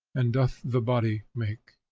and doth the body make.